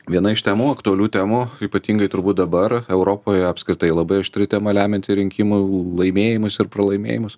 viena iš temų aktualių temų ypatingai turbūt dabar europoje apskritai labai aštri tema lemianti rinkimų laimėjimus ir pralaimėjimus